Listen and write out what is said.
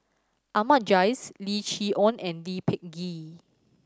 Ahmad Jais Lim Chee Onn and Lee Peh Gee